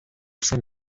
zen